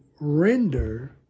render